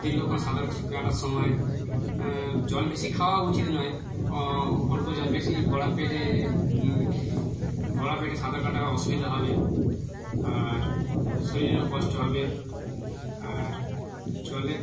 দীর্ঘক্ষণ সাঁতার কাটার সময় জল বেশি খাওয়া উচিত নয় অ অল্প জল বেশি ভরা পেটে ভরা পেটে সাঁতার কাটা অসুবিধা হবে আর শরীরেরও কষ্ট হবে আর জলের